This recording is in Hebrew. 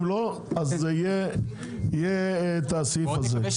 אם לא אז יהיה את הסעיף הזה,